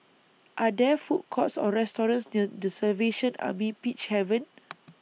Are There Food Courts Or restaurants near The Salvation Army Peacehaven